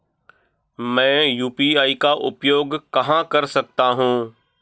मैं यू.पी.आई का उपयोग कहां कर सकता हूं?